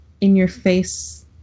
in-your-face